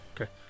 Okay